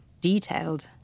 detailed